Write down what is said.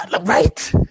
Right